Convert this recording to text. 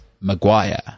Maguire